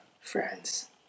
friends